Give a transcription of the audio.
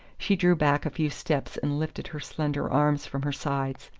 she drew back a few steps and lifted her slender arms from her sides.